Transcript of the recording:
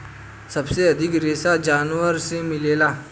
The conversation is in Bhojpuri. सबसे अधिक रेशा जानवर से मिलेला